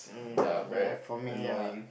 yea very annoying